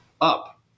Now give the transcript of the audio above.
up